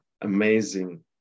amazing